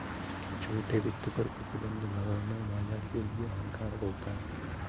छोटे वित्त पर प्रतिबन्ध लगाना बाज़ार के लिए हानिकारक होता है